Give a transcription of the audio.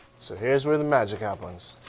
so here's where the magic happens.